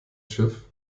schiff